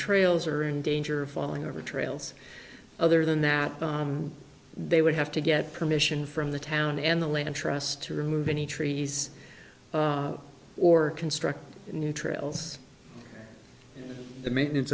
trails are in danger of falling over trails other than that they would have to get permission from the town and the land trust to remove any trees or construct new trails the maintenance